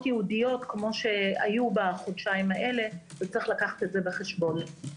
ייעודיות כפי שהיו בחודשיים האלה ויש לקחת את זה בחשבון.